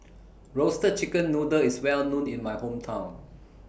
Roasted Chicken Noodle IS Well known in My Hometown